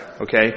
okay